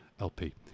lp